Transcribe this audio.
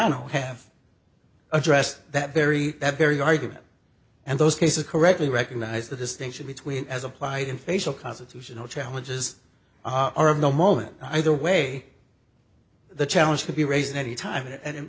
luciana have addressed that very very argument and those cases correctly recognize the distinction between as applied in facial constitutional challenges are of no moment either way the challenge could be raised any time and it